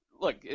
Look